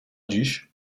dziś